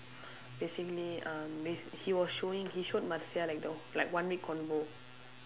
basically um bas~ he was showing he showed Marcia like the like one week convo